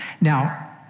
Now